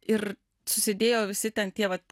ir susidėjo visi ten tie vat